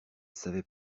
savait